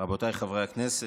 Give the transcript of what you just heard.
רבותיי חברי הכנסת,